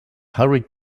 hurried